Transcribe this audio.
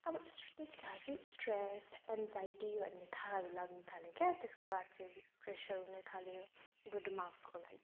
अब स्ट्रेस खाल चाहिँ स्ट्रेस एङ्जाइटी भन्ने थाहाहरू लाग्नु थाल्यो क्या त्यसको बाद चाहिँ प्रेसर हुनु थाल्यो गुड मार्क्सको लागि